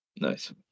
Nice